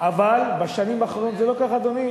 אבל בשנים האחרונות זה לא כך, אדוני.